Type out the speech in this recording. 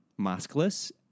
maskless